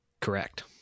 Correct